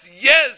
yes